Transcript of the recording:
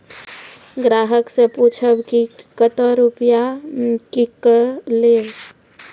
ग्राहक से पूछब की कतो रुपिया किकलेब?